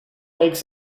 makes